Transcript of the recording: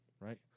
Right